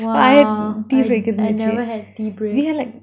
!wah! I I never had tea break